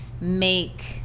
make